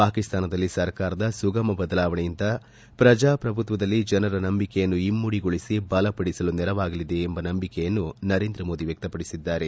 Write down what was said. ಪಾಕಿಸ್ತಾನದಲ್ಲಿ ಸರ್ಕಾರದ ಸುಗಮ ಬದಲಾವಣೆಯಿಂದ ಪ್ರಜಾಪ್ರಭುತ್ವದಲ್ಲಿ ಜನರ ನಂಬಿಕೆಯನ್ನು ಇಮ್ಮಡಿಗೊಳಿಸಿ ಬಲಪಡಿಸಲು ನೆರವಾಗಲಿದೆ ಎಂಬ ನಂಬಿಕೆಯನ್ನು ನರೇಂದ್ರ ಮೋದಿ ವ್ಯಕ್ತಪಡಿಸಿದ್ದಾರೆ